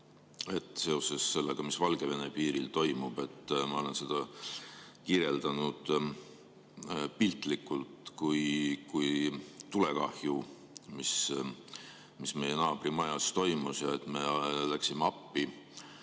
seoses sellega, mis Valgevene piiril toimub. Ma olen seda kirjeldanud piltlikult kui tulekahju, mis meie naabri majas toimus, ja et me läksime appi